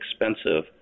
expensive